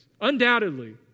undoubtedly